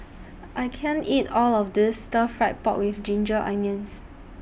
I can't eat All of This Stir Fried Pork with Ginger Onions